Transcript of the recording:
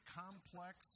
complex